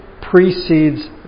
precedes